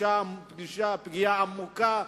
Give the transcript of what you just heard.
פגיעה עמוקה,